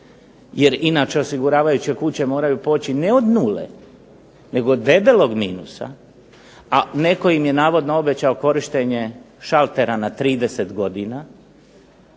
jer inače osiguravajuće kuće moraju poći ne od nule nego debelog minusa, a netko im je navodno obećao korištenje šaltera na 30 godina,